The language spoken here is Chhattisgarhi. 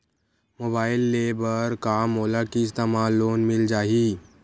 मोबाइल ले बर का मोला किस्त मा लोन मिल जाही?